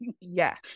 yes